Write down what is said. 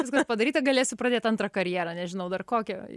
viskas padaryta galėsiu pradėt antrą karjerą nežinau dar kokią